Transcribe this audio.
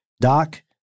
Doc